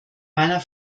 meiner